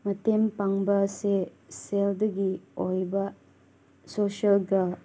ꯃꯇꯦꯡ ꯄꯥꯡꯕꯁꯦ ꯁꯦꯜꯗꯒꯤ ꯑꯣꯏꯕ ꯁꯣꯁꯤꯌꯦꯜꯒ